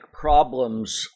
problems